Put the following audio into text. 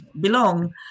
belong